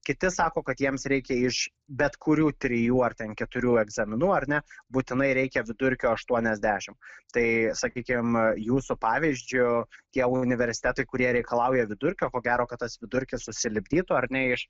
kiti sako kad jiems reikia iš bet kurių trijų ar ten keturių egzaminų ar ne būtinai reikia vidurkio aštuoniasdešimt tai sakykim jūsų pavyzdžiu tie universitetai kurie reikalauja vidurkio ko gero kad tas vidurkis susilipdytų ar ne iš